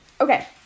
Okay